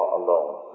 alone